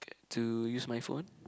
to use my phone